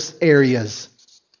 areas